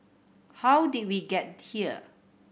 how did we get here